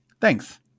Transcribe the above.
Thanks